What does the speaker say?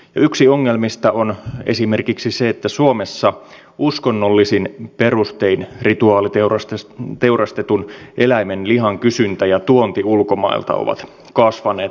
yksi ongelmista on esimerkiksi se että suomessa uskonnollisin perustein rituaaliteurastetun eläimen lihan kysyntä ja tuonti ulkomailta ovat kasvaneet huolestuttavalla tavalla